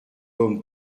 homme